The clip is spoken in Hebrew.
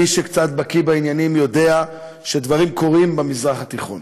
מי שקצת בקי בעניינים יודע שדברים קורים במזרח התיכון,